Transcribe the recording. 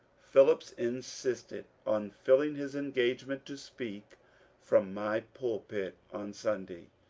phillips insisted on filling his engagement to speak from my pulpit on sunday,